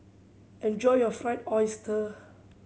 enjoy your Fried Oyster